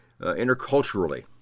interculturally